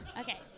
Okay